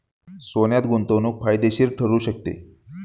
सोन्यात गुंतवणूक फायदेशीर ठरू शकते